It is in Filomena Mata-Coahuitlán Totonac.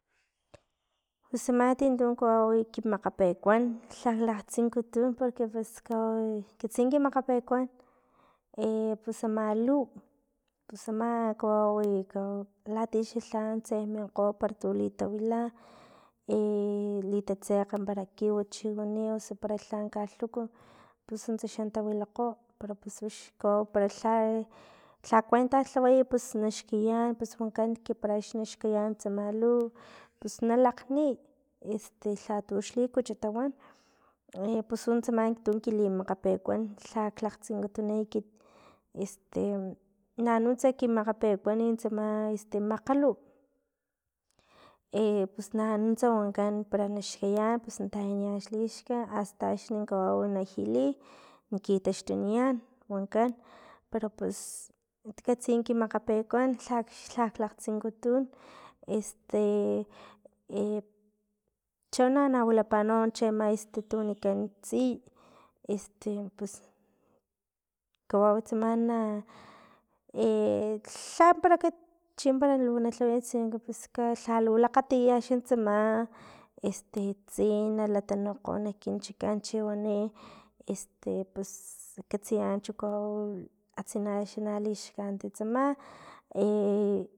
Pus ama ti tu ekiti kimakgapekuan lhak laktsinkutun porque pus kawau katsin kimakgapekuan pus ama luw pus ama kawawi latia xa lhantse minkgo para tu litawila litatsekg para kiw chiwani osu para lhan kalhuku pus antsa xa tawilakgo pero pus wix kawau para lha lha kuentalhaway pus naxkayan pus wankan para axni naxkayan tsama luw. pus nalakgniy este lhatu xlikuchu tawan pus untsama tu kimakgapekuan lhakg lakgtsinkutun ekit nanutsa kimakgapekuan tsa makgalup pus nanuntsa wankan para naxkayan pus natayanian lixka asta axni kawau na jili na kitaxtunian, wankan pero pus takasti ki makgapekuan lha lhak lakgtsinkutun este chono wilapa ama tu este tu wanikan tsiy este pus kawau tsama na lha kapara chilu nalhawayan sino que pues lhalu lakgatiya xa tsama este tsiy na latanukgo nak kinchikan chiwani este pus katsiya chu kawau atsina xa lixkanit tsama.